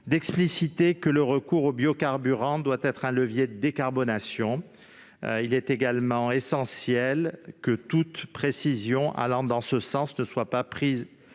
d'expliciter que le recours aux biocarburants doit être un levier de décarbonation. Veillons à ce que toute précision allant dans ce sens ne soit pas prise